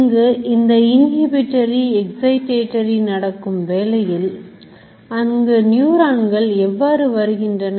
இங்கு இந்த inhibitory excitatory நடக்கும் வேளையில் அங்கு நியூரான்கள் எவ்வாறு வருகின்றன